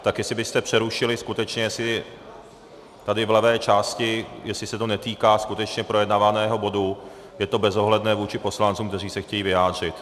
Tak jestli byste přerušili skutečně, tady v levé části, jestli se to netýká skutečně projednávaného bodu, je to bezohledné vůči poslancům, kteří se chtějí vyjádřit.